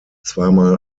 zweimal